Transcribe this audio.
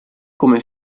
come